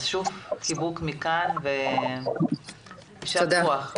אז שוב, חיבוק מכאן ויישר כח.